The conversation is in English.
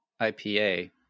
IPA